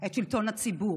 את שלטון הציבור,